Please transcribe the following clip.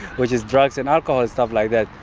which is drugs and alcohol and stuff like that.